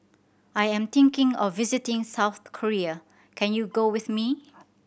I am thinking of visiting South Korea can you go with me